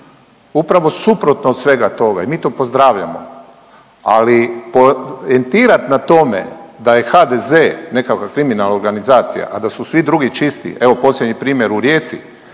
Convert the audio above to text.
Upravo suprotno od svega toga i mi to pozdravljamo, ali poentirat na tome da je HDZ nekakva kriminalna organizacija, a da su svi drugi čisti evo posljednji primjer u Rijeci